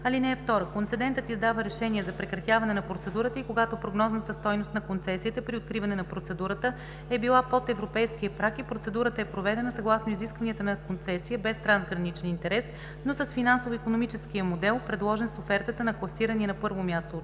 (2) Концедентът издава решение за прекратяване на процедурата и когато прогнозната стойност на концесията при откриване на процедурата е била под европейския праг и процедурата е проведена съгласно изискванията на концесия без трансграничен интерес, но с финансово-икономическия модел, предложен с офертата на класирания на първо място участник,